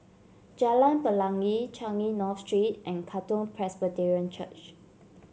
Jalan Pelangi Changi North Street and Katong Presbyterian Church